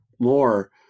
more